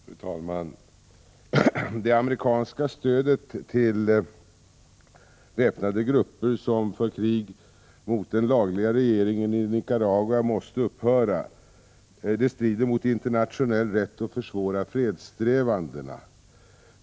Fru talman! Det amerikanska stödet till väpnade grupper som för krig mot den lagliga regeringen i Nicaragua måste upphöra. Det strider mot internationell rätt och försvårar fredssträvandena.